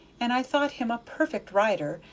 and i thought him a perfect rider,